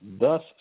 Thus